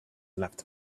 left